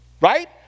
Right